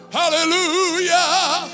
hallelujah